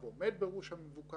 הקורונה ולאחר סיומו של הגל הראשון.